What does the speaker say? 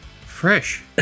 Fresh